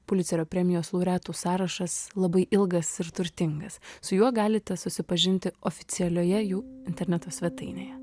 pulicerio premijos laureatų sąrašas labai ilgas ir turtingas su juo galite susipažinti oficialioje jų interneto svetainėje